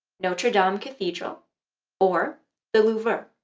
notre dame cathedral or the louvre.